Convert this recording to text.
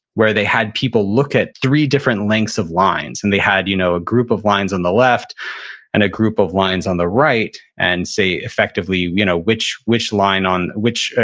where they had people look at three different lengths of lines. and they had you know a group of lines on the left and a group of lines on the right and say, effectively, you know which which line on, which,